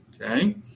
Okay